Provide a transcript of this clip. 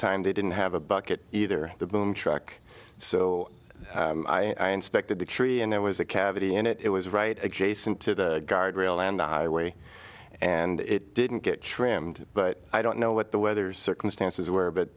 time they didn't have a bucket either the boom truck so i inspected the tree and there was a cavity and it was right adjacent to the guardrail and the highway and it didn't get trimmed but i don't know what the weather circumstances were but